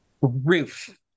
Roof